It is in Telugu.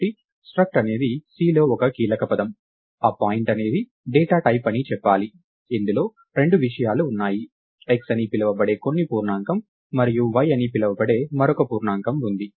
కాబట్టి struct అనేది C లో ఒక కీలకపదం ఆ పాయింట్ అనేది డేటా టైప్ అని చెప్పాలి ఇందులో రెండు విషయాలు ఉన్నాయి x అని పిలువబడే కొన్ని పూర్ణాంకం మరియు y అని పిలువబడే మరొక పూర్ణాంకం ఉంది